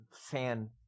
fan